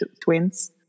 twins